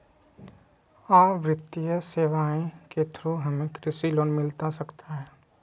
आ वित्तीय सेवाएं के थ्रू हमें कृषि लोन मिलता सकता है?